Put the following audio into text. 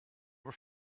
were